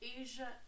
Asia